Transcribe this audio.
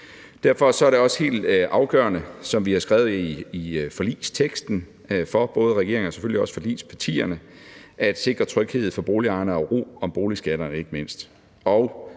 Derfor er det også helt afgørende, som vi har skrevet i forligsteksten, for regeringen og selvfølgelig også for forligspartierne at sikre tryghed for boligejerne og ikke mindst